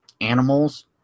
animals